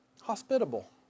Hospitable